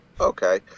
Okay